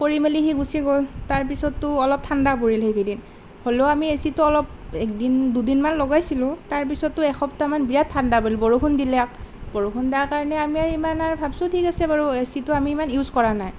কৰি মেলি সি গুচি গ'ল তাৰপিছততো অলপ ঠাণ্ডা পৰিল সেইকেইদিনমান হ'লেও আমি এচিটো অলপ এদিন দুদিনমান লগাইছিলোঁ তাৰপিছততো এসপ্তাহমান বিৰাট ঠাণ্ডা পৰিল বৰষুণ দিলে বৰষুণ দিয়াৰ কাৰণে আমি আৰু ইমান আৰু ভাবিছোঁ ঠিক আছে আৰু এচিটো আমি ইমান ইউজ কৰা নাই